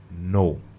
no